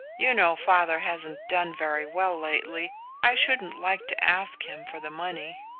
you know father hasn't done very well lately i shouldn't like to ask him for the money.